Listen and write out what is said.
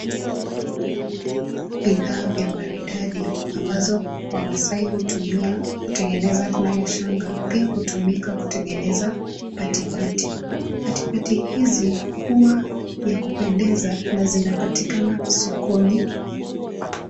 Bidhaa vya maridadi ambazo wamaasai hutumia kutengeneza nayo shanga. Pia hutumika kutengeneza patipati . Patipati hizi huwa ya kupendeza na zinapatikana sokoni.